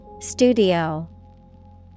Studio